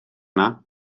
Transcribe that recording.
yna